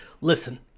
listen